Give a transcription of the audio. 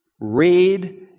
read